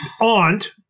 aunt